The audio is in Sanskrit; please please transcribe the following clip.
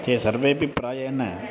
ते सर्वेपि प्रायेण